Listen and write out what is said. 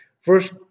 first